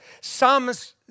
Psalmist